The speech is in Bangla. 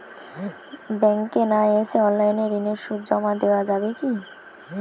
ব্যাংকে না এসে অনলাইনে ঋণের সুদ জমা দেওয়া যাবে কি?